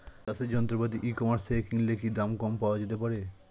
চাষের যন্ত্রপাতি e commerce থেকে কিনলে কি দাম কম পাওয়া যেতে পারে?